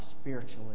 spiritually